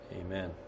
Amen